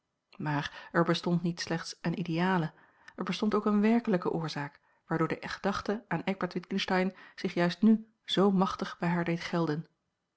maar er bestond niet slechts eene ideale er bestond ook eene werkelijke oorzaak waardoor de gedachte aan eckbert witgensteyn zich juist n zoo machtig bij haar deed gelden